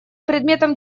предметом